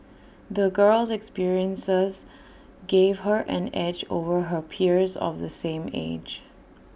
the girl's experiences gave her an edge over her peers of the same age